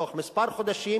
בתוך כמה חודשים,